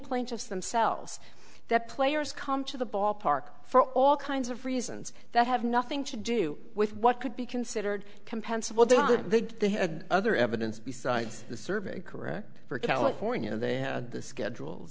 plaintiffs themselves that players come to the ballpark for all kinds of reasons that have nothing to do with what could be considered compensable did they had other evidence besides the survey correct for california they had the schedules